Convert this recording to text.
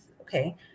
okay